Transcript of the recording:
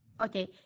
Okay